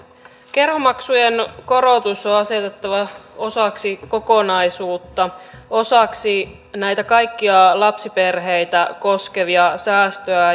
kerhomaksujen korotus on asetettava osaksi kokonaisuutta osaksi näitä kaikkia lapsiperheitä koskevia säästöjä